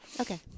Okay